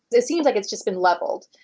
it seems like it's just been leveled,